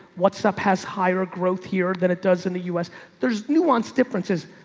what's up has higher growth here than it does in the u s there's nuance differences,